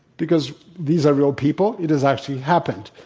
because these are real people. it has actually happened.